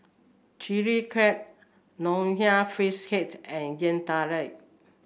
Chili Crab Nonya Fish Head and Yam Talam